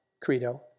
credo